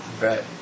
Right